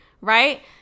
Right